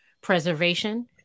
preservation